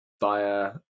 via